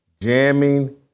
jamming